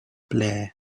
blair